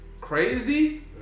crazy